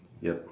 yup